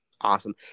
awesome